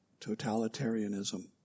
totalitarianism